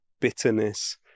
bitterness